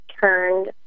turned